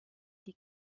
die